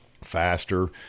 faster